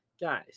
guys